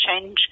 change